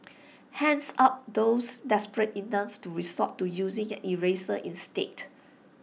hands up those desperate enough to resort to using an eraser instead